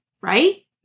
right